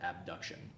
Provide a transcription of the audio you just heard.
abduction